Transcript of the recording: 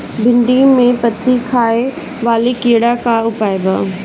भिन्डी में पत्ति खाये वाले किड़ा के का उपाय बा?